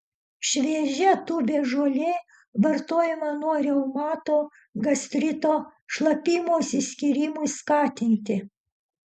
šviežia tūbės žolė vartojama nuo reumato gastrito šlapimo išsiskyrimui skatinti